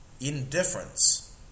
Indifference